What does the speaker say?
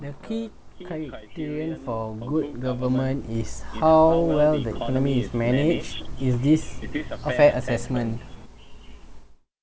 the key criterion for good government is how well the economy is manage is this a fair assessment